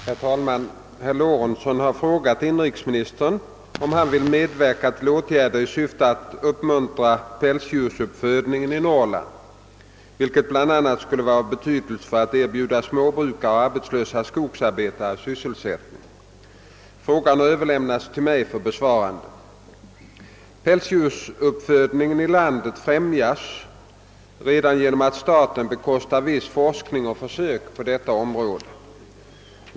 Herr talman! Herr Lorentzon har frågat inrikesministern om han vill medverka till åtgärder i syfte att uppmuntra pälsdjursuppfödning i Norrland, vilket bl.a. skulle vara av betydelse för att erbjuda småbrukare och arbetslösa skogsarbetare sysselsättning. Frågan har överlämnats till mig för besvarande. Pälsdjursuppfödningen i landet främjas redan genom att staten bekostar viss forskning och försök på detta område.